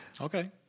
Okay